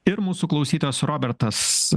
ir mūsų klausytojas robertas